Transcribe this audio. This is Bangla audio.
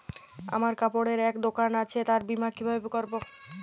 আমার কাপড়ের এক দোকান আছে তার বীমা কিভাবে করবো?